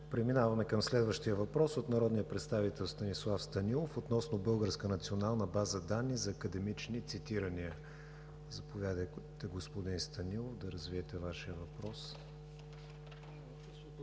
Преминаваме към следващия въпрос от народния представител Станислав Станилов относно Българска национална база данни за академични цитирания. Заповядайте, господин Станилов, да развиете Вашия въпрос.